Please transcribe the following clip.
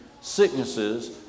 sicknesses